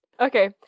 Okay